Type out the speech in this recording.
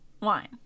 wine